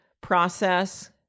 process